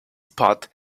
spot